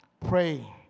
Pray